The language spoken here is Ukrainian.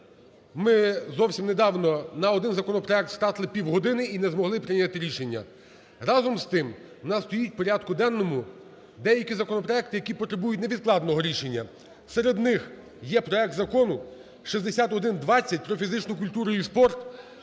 ми зовсім недавно на один законопроект стратили півгодини і не змогли прийняти рішення. Разом з тим, в нас стоїть в порядку денному деякі законопроекти, які потребують невідкладного рішення. Серед них є проект закону 6120 про фізичну культуру і спорт,